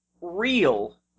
real